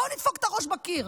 בואו נדפוק את הראש בקיר.